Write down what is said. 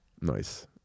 Nice